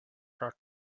thought